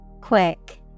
Quick